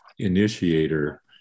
initiator